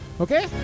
Okay